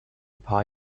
paar